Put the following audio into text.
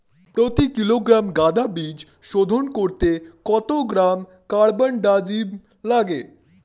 প্রতি কিলোগ্রাম গাঁদা বীজ শোধন করতে কত গ্রাম কারবানডাজিম লাগে?